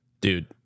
Dude